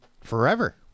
Forever